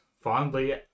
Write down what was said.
fondly